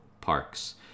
parks